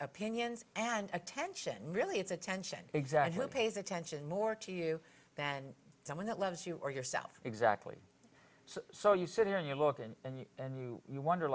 opinions and attention really it's attention exact who pays attention more to you than someone that loves you or yourself exactly so so you sit here and you look in and you wonder